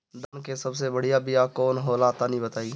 धान के सबसे बढ़िया बिया कौन हो ला तनि बाताई?